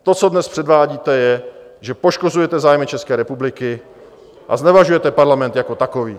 To, co dnes předvádíte, je, že poškozujete zájmy České republiky a znevažujete parlament jako takový.